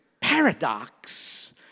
paradox